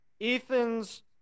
Ethan's